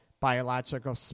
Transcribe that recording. biological